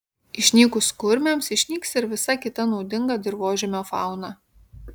išnykus kurmiams išnyks ir visa kita naudinga dirvožemio fauna